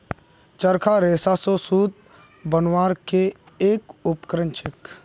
चरखा रेशा स सूत बनवार के एक उपकरण छेक